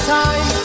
time